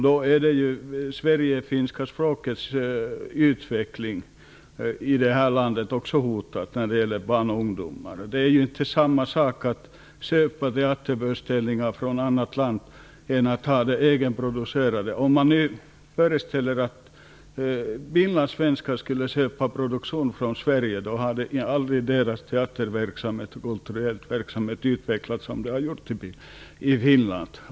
Då är det Sverigefinska språkets utveckling i det här landet också hotat när det gäller barn och ungdomar. Det är inte samma sak att köpa teaterföreställningar från annat land som att ha egenproducerade. Om man föreställer sig att Finlandssvenska skulle köpa produktion från Sverige hade aldrig deras teateroch kulturverksamhet utvecklats som den har gjort i Finland.